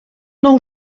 nou